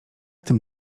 tym